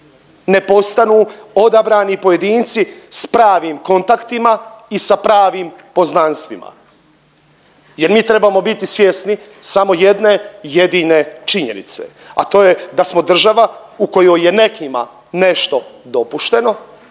ne postanu odabrani pojedinci s pravim kontaktima i sa pravim poznanstvima jer mi trebamo biti svjesni samo jedne jedine činjenice, a to je da smo država u kojoj je nekima nešto dopušteno,